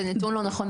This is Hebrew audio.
זה נתון לא נכון.